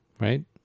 right